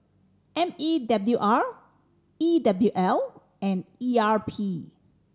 M E W R E W L and E R P